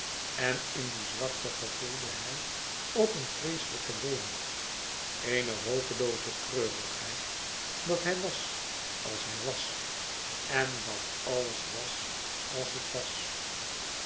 en in die zwakte gevoelde hij ook een vreeselijken weemoed eene hopelooze treurigheid dat hij was als hij was en dat alles was als het was